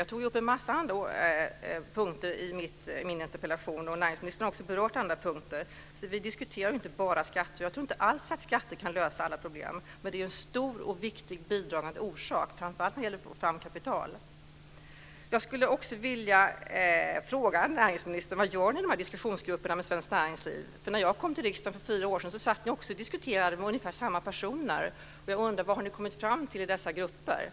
Jag tog ju upp en massa andra punkter i min interpellation, och näringsministern har också berört andra punkter, så vi diskuterar inte bara skatter. Jag tror inte alls att skatter kan lösa alla problem, men det är en stor och viktig bidragande orsak framför allt när det gäller att få fram kapital. Jag skulle också vilja fråga näringsministern: Vad gör ni i diskussionsgrupperna med svenskt näringsliv? När jag kom till riksdagen för fyra år sedan satt ni och diskuterade med ungefär samma personer. Jag undrar vad ni har kommit fram till i dessa grupper.